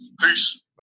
Peace